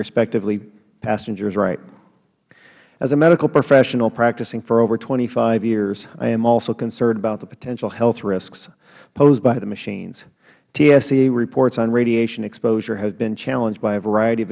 respecting passengers rights as a medical professional practicing for over twenty five years i am also concerned about the potential health risks posed by the machines tsa reports on radiation exposure have been challenged by a variety of